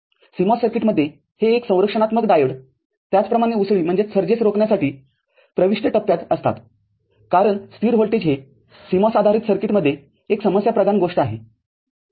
CMOS सर्किट्समध्येहे संरक्षणात्मक diode त्याचप्रमाणे उसळी रोखण्यासाठी प्रविष्ट टप्प्यात असतातकारण स्थिर व्होल्टेज हे CMOS आधारित सर्किटमध्ये एक समस्याप्रधान गोष्ट आहे